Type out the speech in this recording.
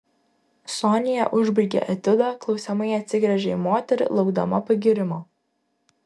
sonia užbaigė etiudą klausiamai atsigręžė į moterį laukdama pagyrimo